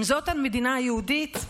אם זאת המדינה היהודית,